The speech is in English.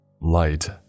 Light